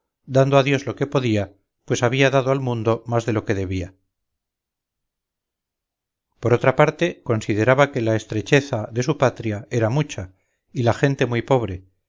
dando a dios lo que podía pues había dado al mundo más de lo que debía por otra parte consideraba que la estrecheza de su patria era mucha y la gente muy pobre